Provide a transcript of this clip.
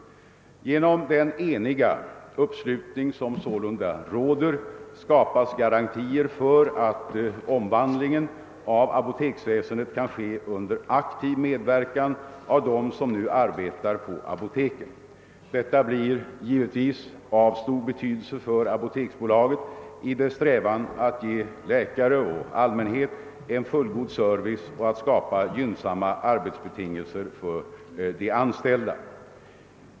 Genom den eniga uppslutning som sålunda råder skapas garantier för att omvandlingen av apoteksväsendet kan ske under aktiv medverkan av dem som nu arbetar på apoteken. Detta blir givetvis av stor betydelse för apoteksbolaget i dess strävan att ge läkare och allmänhet en fullgod service och att skapa gynnsamma arbetsbetingelser för de anställda.